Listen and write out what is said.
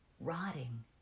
rotting